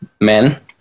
men